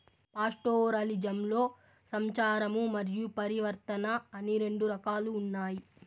పాస్టోరలిజంలో సంచారము మరియు పరివర్తన అని రెండు రకాలు ఉన్నాయి